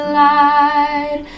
light